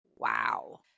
wow